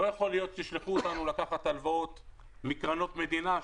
לא יכול להיות שישלחו אותנו לקחת הלוואות מקרנות מדינה,